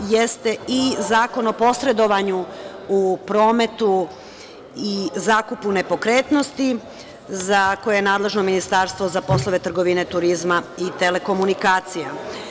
FATF jeste i Zakon o posredovanju u prometu i zakupu nepokretnosti, za koje je nadležno Ministarstvo za poslove trgovine, turizma i telekomunikacija.